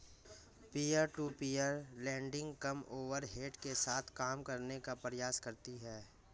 peer to peer lending कम overhead के साथ काम करने का प्रयास करती हैं